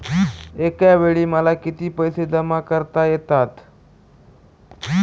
एकावेळी मला किती पैसे जमा करता येतात?